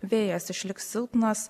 vėjas išliks silpnas